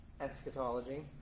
eschatology